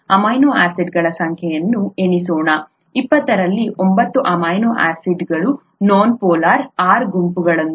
amino ಆಸಿಡ್ಗಳ ಸಂಖ್ಯೆಯನ್ನು ಎಣಿಸೋಣ 20 ರಲ್ಲಿ ಒಂಬತ್ತು ಅಮೈನೋ ಆಸಿಡ್ಗಳು ನಾನ್ ಪೋಲಾರ್ R ಗುಂಪುಗಳೊಂದಿಗೆ